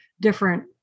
different